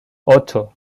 ocho